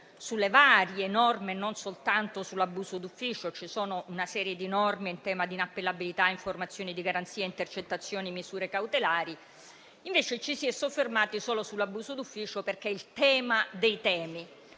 sulle varie norme e non soltanto sull'abuso d'ufficio. Ci sono una serie di norme in tema di inappellabilità, informazioni di garanzia, intercettazioni, misure cautelari. Invece ci si è soffermati solo sull'abuso d'ufficio, perché è il tema dei temi.